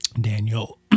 Daniel